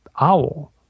owl